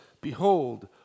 behold